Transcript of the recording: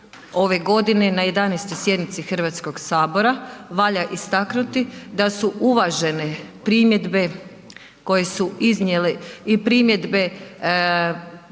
ove godine na 11. sjednici Hrvatskog sabora, valja istaknuti da su uvažene primjedbe koje su iznijeli i primjedbe,